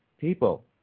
People